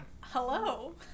Hello